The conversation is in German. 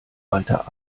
weiter